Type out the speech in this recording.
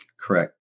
Correct